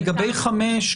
לגבי חמש,